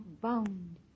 bound